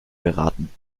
geraten